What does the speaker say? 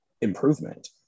improvement